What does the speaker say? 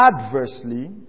adversely